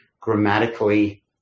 grammatically